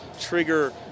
trigger